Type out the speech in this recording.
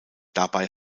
dabei